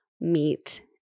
meet